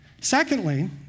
Secondly